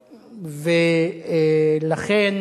לכן,